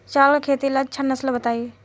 चावल के खेती ला अच्छा नस्ल बताई?